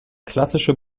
klassische